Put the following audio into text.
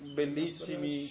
bellissimi